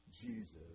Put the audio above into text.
Jesus